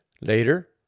Later